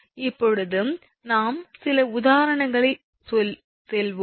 இப்போது நாம் சில உதாரணங்களுக்குச் செல்வோம்